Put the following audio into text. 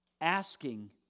asking